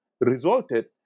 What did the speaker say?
resulted